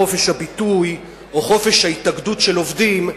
חופש הביטוי וחופש ההתאגדות של עובדים,